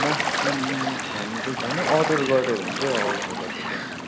mushroom छनु त छैन अर्डर गऱ्यो भने चाहिँ आउँछ तपाईँको